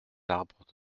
arbres